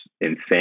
insane